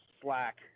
slack